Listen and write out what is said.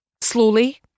Slowly